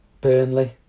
Burnley